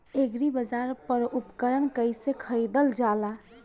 एग्रीबाजार पर उपकरण कइसे खरीदल जाला?